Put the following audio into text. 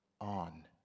on